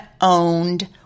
owned